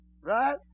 Right